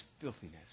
filthiness